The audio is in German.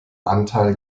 anteil